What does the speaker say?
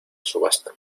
subasta